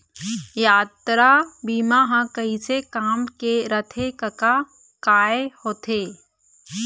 यातरा बीमा ह कइसे काम के रथे कका काय होथे?